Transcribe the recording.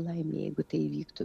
laimė jeigu tai įvyktų